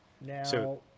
Now